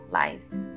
lies